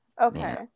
Okay